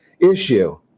issue